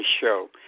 show